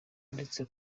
ndetse